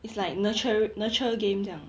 it's like nurture nurture game 这样